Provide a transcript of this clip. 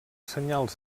senyals